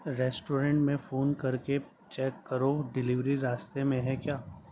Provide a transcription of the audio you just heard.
restaurant میں phone کر کے چیک کرو ڈیلیوری راستے میں ہے کیا